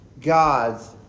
God's